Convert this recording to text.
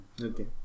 okay